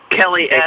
Kelly